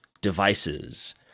devices